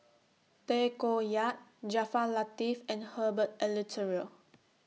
Tay Koh Yat Jaafar Latiff and Herbert Eleuterio